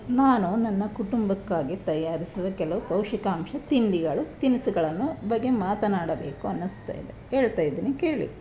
ನಾನು ನನ್ನ ಕುಟುಂಬಕ್ಕಾಗಿ ತಯಾರಿಸುವ ಕೆಲವು ಪೌಷ್ಟಿಕಾಂಶ ತಿಂಡಿಗಳು ತಿನಿಸುಗಳನ್ನು ಬಗ್ಗೆ ಮಾತನಾಡಬೇಕು ಅನ್ನಿಸ್ತಾ ಇದೆ ಹೇಳ್ತಾ ಇದ್ದೀನಿ ಕೇಳಿ